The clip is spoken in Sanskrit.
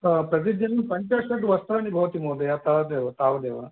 हा प्रतिदिनं पञ्च षड् वस्त्राणि भवति महोदय तावदेव तावदेव